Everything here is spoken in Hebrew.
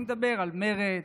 אני מדבר על מרצ,